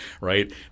right